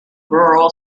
rural